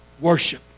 Worship